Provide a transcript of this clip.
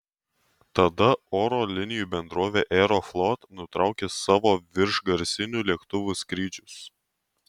tada oro linijų bendrovė aeroflot nutraukė savo viršgarsinių lėktuvų skrydžius